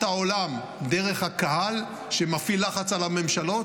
העולם דרך הקהל שמפעיל לחץ על הממשלות.